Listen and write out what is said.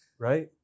Right